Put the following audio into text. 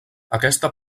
aquesta